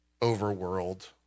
overworld